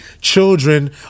children